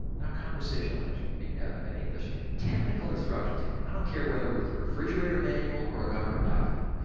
not conversational english, technical instructions, i don't care whether it was the refrigerator manual or a government document,